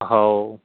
हाव